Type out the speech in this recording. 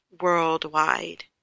worldwide